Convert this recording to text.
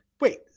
wait